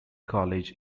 college